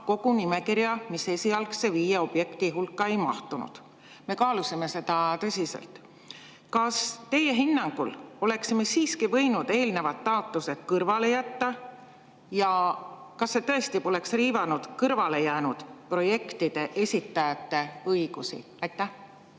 nimekirja, mis esialgse viie objekti hulka ei mahtunud. Me kaalusime seda tõsiselt. Kas teie hinnangul oleksime me siiski võinud eelnevad taotlused kõrvale jätta ja kas see tõesti poleks riivanud kõrvalejäänud projektide esitajate õigusi? Aitäh!